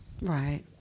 Right